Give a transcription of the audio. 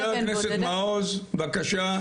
חבר הכנסת מעוז בבקשה.